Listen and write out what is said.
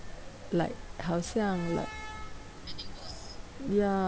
like haoxiang like ya